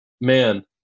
man